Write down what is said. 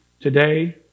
today